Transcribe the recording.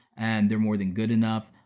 and they're more than good enough.